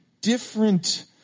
different